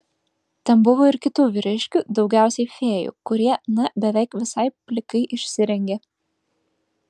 ten buvo ir kitų vyriškių daugiausiai fėjų kurie na beveik visai plikai išsirengė